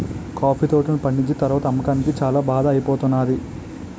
coffee తోటలు పండిచ్చిన తరవాత అమ్మకానికి చాల బాధ ఐపోతానేది